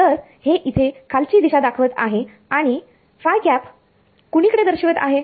तर हे इथे खालची दिशा दाखवत आहे आणि कुणीकडे दर्शवित आहे